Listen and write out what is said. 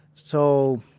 so,